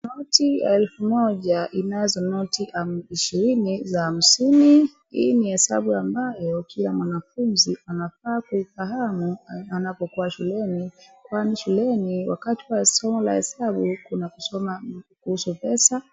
Noti ya elfu moja ina noti ishirini za hamsini. Hii ni hesabu ambayo kila mwanafunzi anafaa kuifahamu anapokuwa shuleni kwani shuleni wakati wa somo la hesabu kuna kusoma kuhusu pesa.